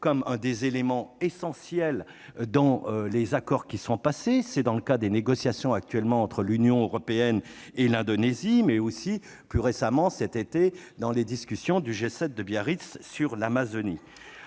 comme l'un des éléments essentiels dans les accords passés. C'est dans le cas des négociations actuelles entre l'Union européenne et l'Indonésie, mais aussi, plus récemment, cet été, dans les discussions du G7 de Biarritz sur l'Amazonie.